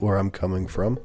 where i'm coming from